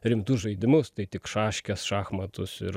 rimtus žaidimus tai tik šaškes šachmatus ir